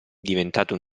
diventato